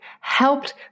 helped